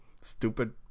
stupid